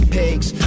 pigs